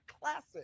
classic